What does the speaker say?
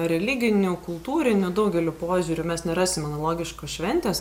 religiniu kultūriniu daugeliu požiūrių mes nerasim analogiškos šventės